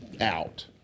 out